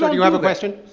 you have a question?